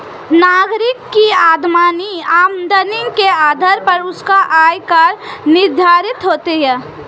नागरिक की आमदनी के आधार पर उसका आय कर निर्धारित होता है